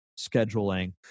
scheduling